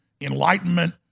enlightenment